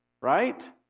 Right